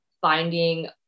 finding